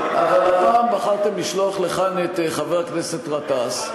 אבל הפעם בחרתם לשלוח לכאן את חבר הכנסת גטאס,